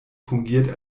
fungiert